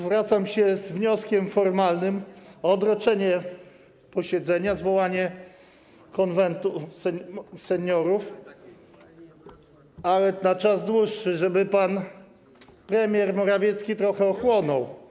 Zwracam się z wnioskiem formalnym o odroczenie posiedzenia i zwołanie Konwentu Seniorów, ale na dłuższy czas, żeby pan premier Morawiecki trochę ochłonął.